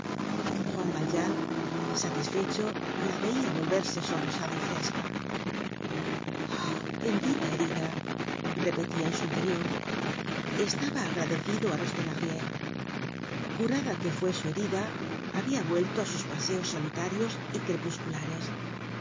juan valjean satisfecho la veia volverse sonrosada y fresca oh bendita herida repetia en su interior estaba agradecido á los thenardier curada que fue su herida habia vuelto á sus paseos solitarios y crepusculares